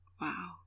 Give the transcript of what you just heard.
Wow